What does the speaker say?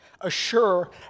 assure